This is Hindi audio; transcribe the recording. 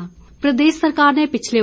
सुरेश भारद्वाज प्रदेश सरकार ने पिछले